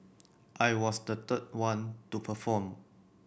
I was the third one to perform